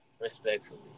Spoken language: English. respectfully